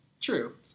true